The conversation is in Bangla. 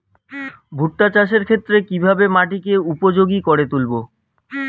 ভুট্টা চাষের ক্ষেত্রে কিভাবে মাটিকে উপযোগী করে তুলবো?